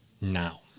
now